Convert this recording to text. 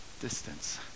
distance